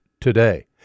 today